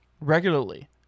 regularly